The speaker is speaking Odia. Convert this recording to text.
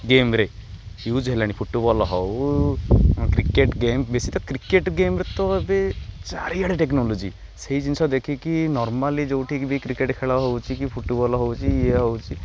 ଗେମ୍ରେ ୟୁଜ୍ ହେଲାଣି ଫୁଟୁବଲ୍ ହଉ କ୍ରିକେଟ ଗେମ୍ ବେଶୀ ତ କ୍ରିକେଟ୍ ଗେମ୍ରେ ତ ଏବେ ଚାରିଆଡ଼େ ଟେକ୍ନୋଲୋଜି ସେଇ ଜିନିଷ ଦେଖିକି ନର୍ମାଲି ଯେଉଁଠିକି ବି କ୍ରିକେଟ୍ ଖେଳ ହେଉଛି କି ଫୁଟବଲ୍ ହେଉଛି ଇଏ ହେଉଛି